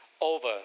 over